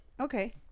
okay